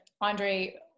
Andre